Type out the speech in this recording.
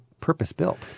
purpose-built